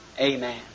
Amen